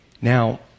Now